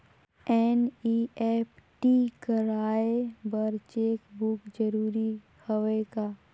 NEFT कराय बर cheque book जरूरी हवय का?